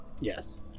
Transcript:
Yes